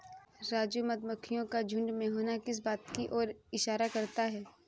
राजू मधुमक्खियों का झुंड में होना किस बात की ओर इशारा करता है?